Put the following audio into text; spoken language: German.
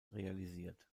realisiert